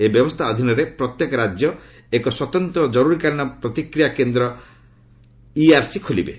ଏହି ବ୍ୟବସ୍ଥା ଅଧୀନରେ ପ୍ରତ୍ୟେକ ରାଜ୍ୟ ଏକ ସ୍ୱତନ୍ତ ଜରୁରୀକାଳୀନ ପ୍ରତିକ୍ରିୟା କେନ୍ଦ୍ର ଇଆର୍ସି ଖୋଲିବେ